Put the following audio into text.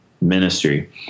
ministry